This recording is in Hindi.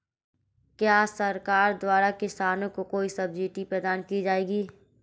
क्या सरकार द्वारा किसानों को कोई सब्सिडी प्रदान की जाती है?